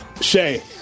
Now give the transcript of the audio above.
Shay